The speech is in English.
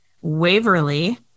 Waverly